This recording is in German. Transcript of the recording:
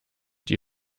die